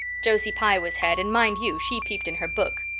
josie pye was head and, mind you, she peeped in her book.